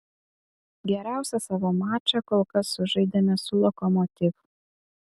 geriausią savo mačą kol kas sužaidėme su lokomotiv